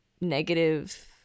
negative